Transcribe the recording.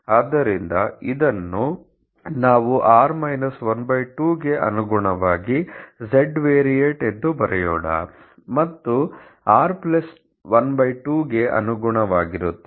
ಆದ್ದರಿಂದ ಇದನ್ನು ನಾವು r 12 ಗೆ ಅನುಗುಣವಾಗಿ z ವೇರಿಯೇಟ್ ಎಂದು ಬರೆಯೋಣ ಮತ್ತೊಂದು r 12 ಗೆ ಅನುಗುಣವಾಗಿರುತ್ತದೆ